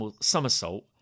somersault